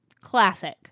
Classic